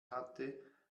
hatte